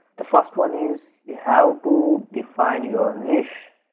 the first one is you have to define your niche.